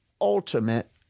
ultimate